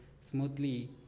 smoothly